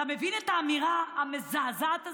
אתה מבין את האמירה המזעזעת הזאת?